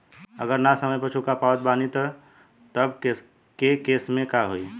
अगर ना समय पर चुका पावत बानी तब के केसमे का होई?